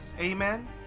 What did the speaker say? Amen